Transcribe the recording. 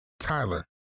Tyler